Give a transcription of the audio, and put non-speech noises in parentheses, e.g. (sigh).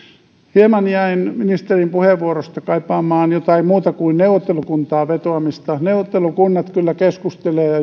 hieman jäin ministerin puheenvuorosta kaipaamaan jotain muuta kuin neuvottelukuntaan vetoamista neuvottelukunnat kyllä keskustelevat ja (unintelligible)